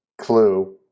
clue